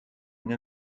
une